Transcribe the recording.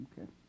Okay